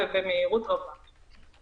הבנו שיש שלוש קטגוריות: